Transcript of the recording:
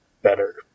better